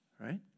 Right